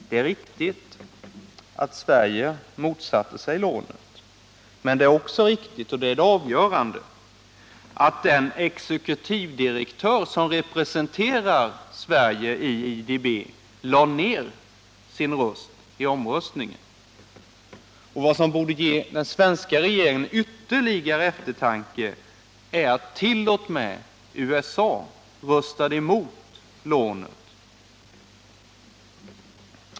Det är riktigt att Sverige motsatte sig lånen, men det är också riktigt — och det är det avgörande — att den exekutivdirektör som representerar Sverige i IDB lagt ner sin röst vid omröstningen. Och vad som borde ge den svenska regeringen anledning till ytterligare eftertanke är att t.o.m. USA röstade emot lånet.